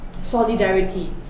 solidarity